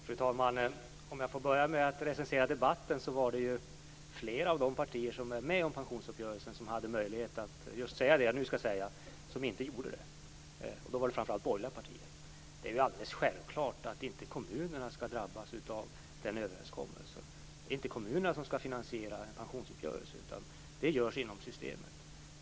Fru talman! Om jag får börja med att recensera debatten vill jag påpeka att flera av de partier som höll med om pensionsuppgörelsen hade möjlighet att säga det jag nu skall säga men inte gjorde det. Det gäller framför allt borgerliga partier. Det är alldeles självklart att kommunerna inte skall drabbas av överenskommelsen. Det är inte kommunerna som skall finansiera en pensionsuppgörelse. Det görs inom systemet.